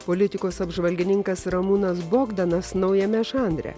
politikos apžvalgininkas ramūnas bogdanas naujame žanre